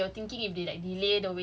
dorang nak tunggu vaccine